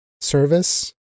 service